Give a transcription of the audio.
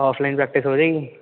offline practice ਹੋ ਜਾਏਗੀ